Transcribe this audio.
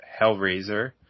Hellraiser